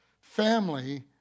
family